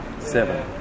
Seven